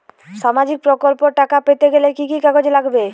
সামাজিক প্রকল্পর টাকা পেতে গেলে কি কি কাগজ লাগবে?